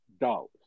dollars